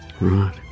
Right